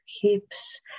hips